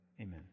Amen